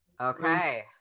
Okay